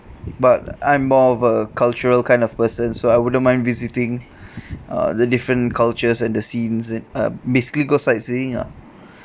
but I'm more of a cultural kind of person so I wouldn't mind visiting uh the different cultures and the scenes uh basically go sightseeing ah